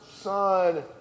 son